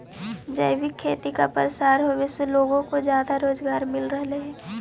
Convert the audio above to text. जैविक खेती का प्रसार होवे से लोगों को ज्यादा रोजगार मिल रहलई हे